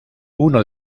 uno